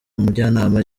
mujyanama